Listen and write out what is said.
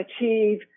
achieve